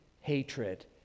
hatred